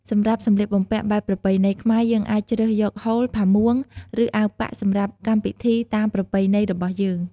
សម្រាប់សម្លៀកបំពាក់បែបប្រពៃណីខ្មែរយើងអាចជ្រើសយក ហូល ផាមួង ឬអាវប៉ាក់សម្រាប់កម្មពិធីតាមប្រពៃណីរបស់យើង។